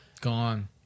Gone